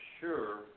sure